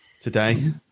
today